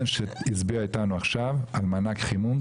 שהצביעה איתנו עכשיו על מענק חימום.